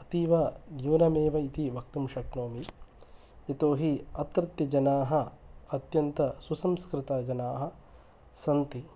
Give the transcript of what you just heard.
अतीव न्यूनं एव इति वक्तुं शक्नोमि यतोहि अत्रत्य जनाः अत्यन्त सुसंस्कृत जनाः सन्ति